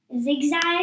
zigzag